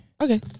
Okay